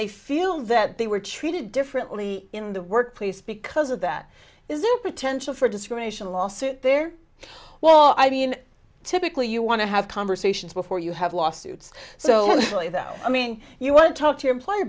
they feel that they were treated differently in the workplace because of that is there potential for discrimination lawsuit there well i mean typically you want to have conversations before you have lawsuits so really though i mean you won't talk to your employer